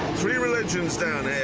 three religions down and